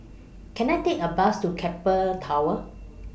Can I Take A Bus to Keppel Towers